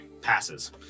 Passes